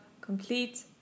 complete